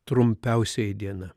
trumpiausioji diena